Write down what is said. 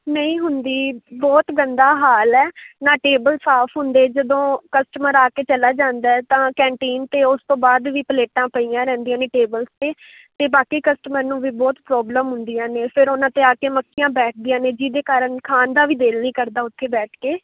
ਨਹੀਂ ਹੁੰਦੀ ਬਹੁਤ ਗੰਦਾ ਹਾਲ ਹੈ ਨਾ ਟੇਬਲ ਸਾਫ਼ ਹੁੰਦੇ ਜਦੋਂ ਕਸਟਮਰ ਆ ਕੇ ਚਲਾ ਜਾਂਦਾ ਤਾਂ ਕੈਂਟੀਨ 'ਤੇ ਉਸ ਤੋਂ ਬਾਅਦ ਵੀ ਪਲੇਟਾਂ ਪਈਆਂ ਰਹਿੰਦੀਆਂ ਨੇ ਟੇਬਲਜ਼ 'ਤੇ ਬਾਕੀ ਕਸਟਮਰ ਨੂੰ ਵੀ ਬਹੁਤ ਪ੍ਰੋਬਲਮ ਹੁੰਦੀਆਂ ਨੇ ਫਿਰ ਉਨ੍ਹਾਂ 'ਤੇ ਆ ਕੇ ਮੱਖੀਆਂ ਬੈਠਦੀਆਂ ਨੇ ਜਿਹਦੇ ਕਾਰਨ ਖਾਣ ਦਾ ਵੀ ਦਿਲ ਨਹੀਂ ਕਰਦਾ ਓੱਥੇ ਬੈਠ ਕੇ